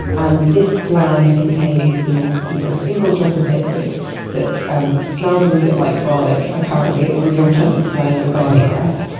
and this gland contains a you know single drop of liquid that um smells a little bit like garlic. apparently, it's really unpleasant smelling like garlic breath.